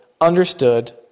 understood